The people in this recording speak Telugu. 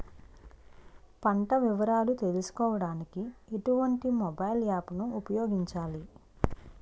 పంట వివరాలు తెలుసుకోడానికి ఎటువంటి మొబైల్ యాప్ ను ఉపయోగించాలి?